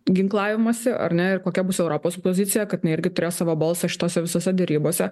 ginklavimosi ar ne ir kokia bus europos pozicija kad jinai irgi turėjo savo balsą šitose visose derybose